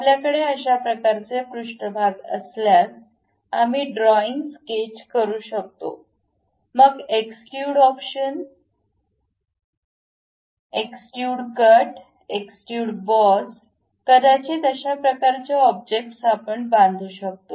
आपल्याकडे अशा प्रकारचे पृष्ठभाग असल्यास आम्ही ड्रॉइंग स्केच करू शकतो मग extrude option extrude cut extrude boss कदाचित अशा प्रकारच्या ऑब्जेक्ट्स आपण बांधू शकतो